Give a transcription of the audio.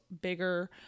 bigger